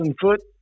foot